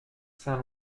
saint